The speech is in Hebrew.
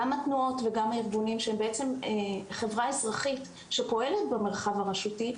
גם התנועות וגם הארגונים שבעצם חברה אזרחית שפועלת במרחב הרשותי,